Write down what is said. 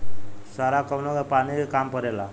सारा कौनो के पानी के काम परेला